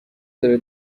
داره